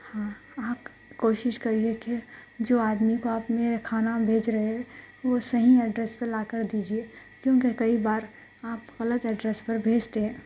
ہاں آپ کوشش کریئے کہ جو آدمی کو آپ میرے کھانا بھیج رہے ہے وہ صحیح ایڈریس پر لا کر دیجیے کیونکہ کئی بار آپ غلط ایڈریس پر بھیجتے ہیں